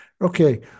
Okay